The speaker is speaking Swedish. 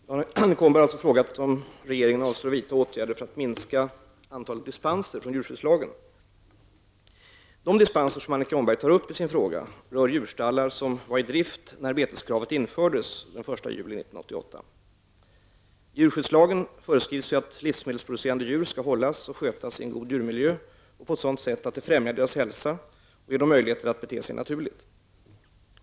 Herr talman! Annika Åhnberg har frågat mig om regeringen avser vidta åtgärder för att minska antalet dispenser från djurskyddslagen. De dispenser Annika Åhnberg tar upp i sin fråga rör djurstallar som var i drift när beteskravet infördes den 1 juli 1988. I djurskyddslagen föreskrivs att livsmedelsproducerande djur skall hållas och skötas i en god djurmiljö och på ett sådant sätt att det främjar deras hälsa och ger dem möjligheter att bete sig naturligt.